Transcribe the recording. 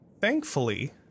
thankfully